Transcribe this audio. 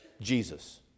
Jesus